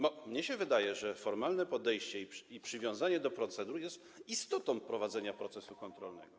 No, mnie się wydaje, że formalne podejście i przywiązanie do procedur jest istotą prowadzenia procesu kontrolnego.